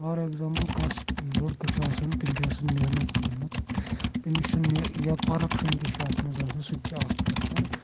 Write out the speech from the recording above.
for example کانٛہہ لڑکہٕ چھُ آسان تِم چھِ آسان محنت کٔرمٕژ تٔمِس چھُنہٕ یا کۄرَپشَن تہِ چھُ اَتھ منٛز آسان سُہ تہِ چھِ اَکھ فیکٹَر